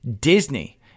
Disney